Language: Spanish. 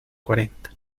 cuarenta